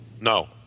No